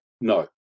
No